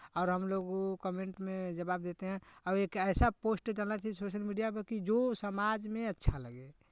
और हम लोग कमेन्ट में जवाब देते हैं और एक ऐसा पोस्ट डालना चाहिए सोशल मीडिया पे कि जो समाज में अच्छा लगे